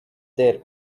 there